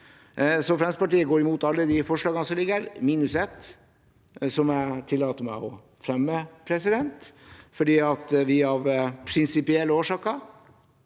Fremskrittspartiet går imot alle de forslagene som ligger her, minus ett, som jeg tillater meg å ta opp, fordi vi av prinsipielle årsaker